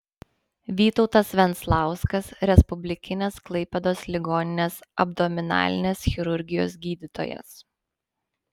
vytautas venclauskas respublikinės klaipėdos ligoninės abdominalinės chirurgijos gydytojas